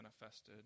manifested